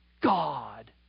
God